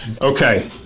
Okay